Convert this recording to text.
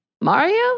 Mario